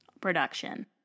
production